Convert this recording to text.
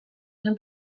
zen